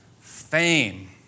fame